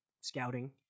scouting